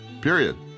Period